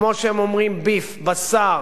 כמו שהם אומרים, beef, בשר,